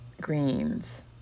greens